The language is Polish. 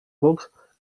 bok